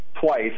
twice